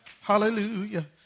Hallelujah